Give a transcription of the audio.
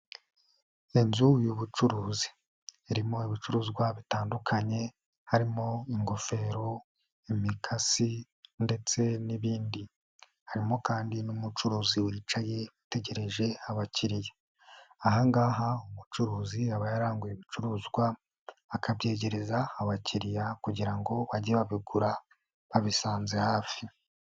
Inzu y'ubucuruzi, irimo ibicuruzwa bitandukanye harimo ingofero, imikasi ndetse n'ibindi, harimo kandi n'umucuruzi wicaye utegereje abakiriya, aha ngaha umucuruzi aba yaranguye ibicuruzwa akabyegereza abakiriya kugira ngo bajye babigura babisanze hafi.